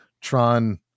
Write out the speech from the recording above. Tron